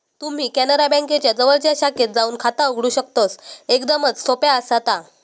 तुम्ही कॅनरा बँकेच्या जवळच्या शाखेत जाऊन खाता उघडू शकतस, एकदमच सोप्या आसा ता